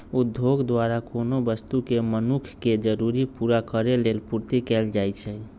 उद्योग द्वारा कोनो वस्तु के मनुख के जरूरी पूरा करेलेल पूर्ति कएल जाइछइ